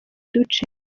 duce